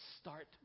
start